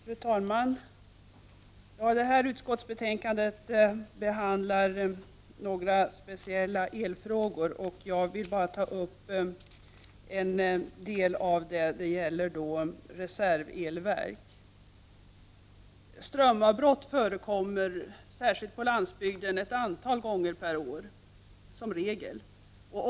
Fru talman! I detta betänkande behandlas några speciella elfrågor, och jag vill bara ta upp den del som gäller reservelverk. Strömavbrott förekommer som regel ett antal gånger per år, särskilt på landsbygden.